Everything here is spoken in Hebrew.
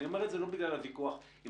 אני אומר את זה לא בגלל הוויכוח אם